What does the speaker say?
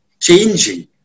changing